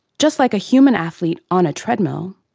just like a human athlete on a treadmill,